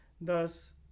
thus